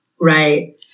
Right